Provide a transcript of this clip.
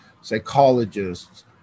psychologists